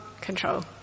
control